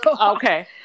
Okay